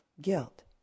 guilt